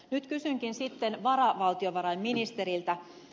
nyt kysynkin sitten varavaltiovarainministeriltä